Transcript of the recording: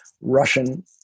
Russian